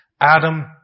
Adam